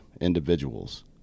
individuals